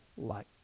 light